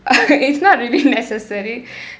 it's not really necessary